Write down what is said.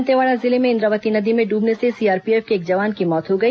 दंतेवाड़ा जिले में इंद्रावती नदी में डूबने से सीआरपीएफ के एक जवान की मौत हो गई